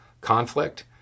conflict